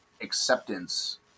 acceptance